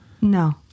no